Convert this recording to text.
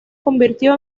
convirtió